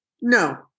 No